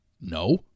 No